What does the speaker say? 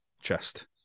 chest